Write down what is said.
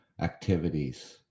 activities